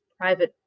private